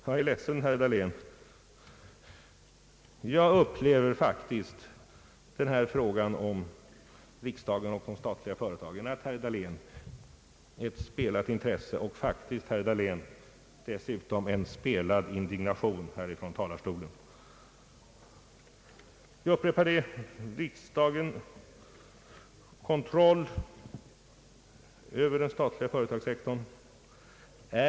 Jag är ledsen, herr Dahlén, men jag upplever faktiskt i den här frågan om riksdagen och de statliga företagen ett spelat intresse från herr Dahléns sida och dessutom en spelad indignation från denna talarstol. Jag upprepar att riksdagens kontroll över den statliga företagssektorn genom förvalt Ang.